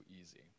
easy